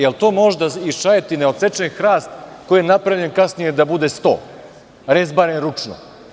Jel to možda iz Čajetine odsečen hrast koji je napravljen kasnije da bude sto, rezbaren ručno.